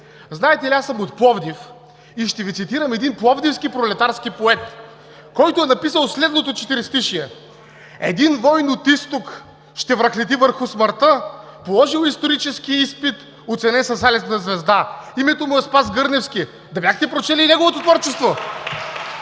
Знаете ли, че аз съм от Пловдив и ще Ви цитирам един пловдивски пролетарски поет, който е написал следното четиристишие: „Един войн от изток ще връхлети върху смъртта, положил исторически изпит, оценен с алена звезда!“. Името му е Спас Гърневски. Да бяхте прочели и неговото творчество!